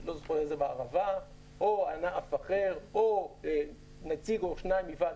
לא זוכר איזה בערבה או ענף אחר או נציג או שניים מוועד